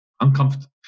uncomfortable